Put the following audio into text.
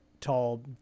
tall